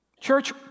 Church